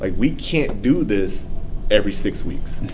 ah we can't do this every six weeks.